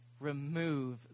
remove